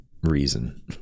reason